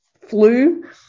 flu